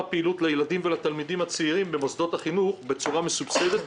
פעילות לילדים ולתלמידים הצעירים במוסדות החינוך בצורה מסובסדת.